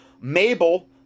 mabel